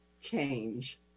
change